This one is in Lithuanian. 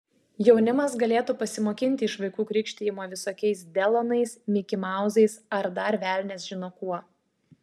jaunimas galėtų pasimokinti iš vaikų krikštijimo visokiais delonais mikimauzais ar dar velnias žino kuo